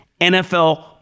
NFL